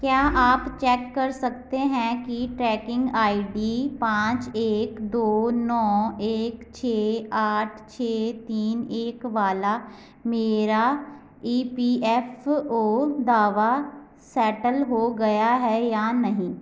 क्या आप चेक कर सकते हैं कि ट्रैकिंग आई डी पाँच एक दो नौ एक छः आठ छः तीन एक वाला मेरा ई पी एफ़ ओ दावा सैटल हो गया है या नहीं